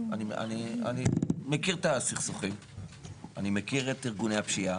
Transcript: מכיר את הסכסוכים ואת ארגוני הפשיעה,